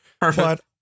Perfect